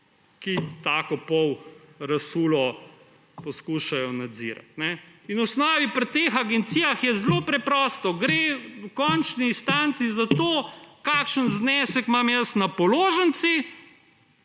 ki tako pol-razsulo poskušajo nadzirati. V osnovi je pri teh agencijah zelo preprosto. Gre v končni instanci za to, kakšen znesek imam jaz na položnici